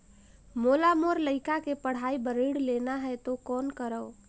मोला मोर लइका के पढ़ाई बर ऋण लेना है तो कौन करव?